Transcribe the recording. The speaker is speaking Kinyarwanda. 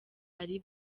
ari